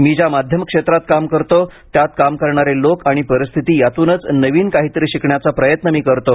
मी ज्या माध्यम क्षेत्रात काम करतो त्यात काम करणारे लोक आणि परिस्थिती यातूनच नवीन काहीतरी शिकण्याचा प्रयत्न मी करतो